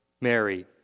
Mary